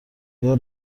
آیا